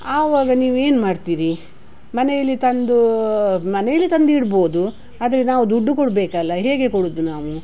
ಆವಾಗ ನೀವು ಏನು ಮಾಡ್ತೀರಿ ಮನೆಯಲ್ಲಿ ತಂದು ಮನೆಯಲ್ಲಿ ತಂದಿಡ್ಬೋದು ಆದರೆ ನಾವು ದುಡ್ಡು ಕೊಡಬೇಕಲ್ಲ ಹೇಗೆ ಕೊಡುವುದು ನಾವು